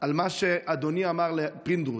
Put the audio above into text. על מה שאדוני אמר לפינדרוס.